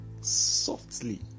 softly